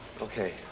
Okay